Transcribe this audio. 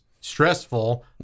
stressful